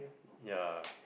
ya